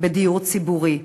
בדיור ציבורי,